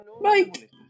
Mike